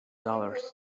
dollars